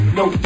no